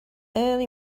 early